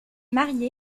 marié